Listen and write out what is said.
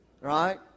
right